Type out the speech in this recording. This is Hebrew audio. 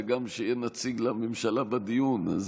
וגם שיהיה נציג לממשלה בדיון.